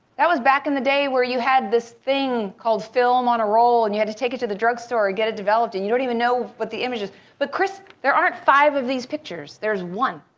that was back in the day where you had this thing called film on a roll and you had to take it to the drugstore and get it developed and you don't even know what the images but chris, there aren't five of these pictures, there's one.